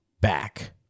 back